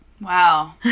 Wow